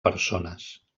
persones